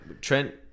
Trent